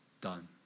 done